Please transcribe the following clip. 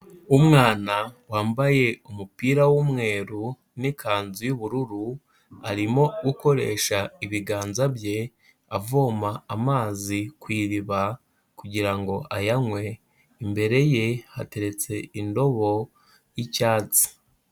Umwana wambaye umupira w'umweru n'ikanzu y'ubururu arimo gukoresha ibiganza bye avoma amazi ku iriba kugira ngo ayanywe. Imbere ye hateretse indobo y'icyatsi.